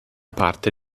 parte